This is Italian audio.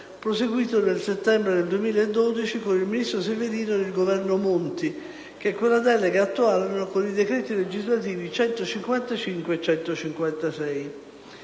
proseguito nel settembre del 2012, con il ministro Severino ed il Governo Monti, che quella delega attuarono con i decreti legislativi nn. 155 e 156.